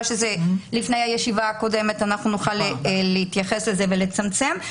שלפני הישיבה הקודמת נוכל להתייחס לזה ולצמצם.